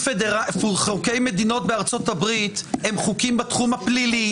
חוקי מדינות בארצות הברית הם חוקים בתחום הפלילי,